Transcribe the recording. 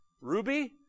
Ruby